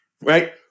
right